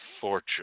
fortune